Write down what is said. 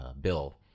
bill